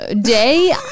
day